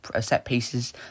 set-pieces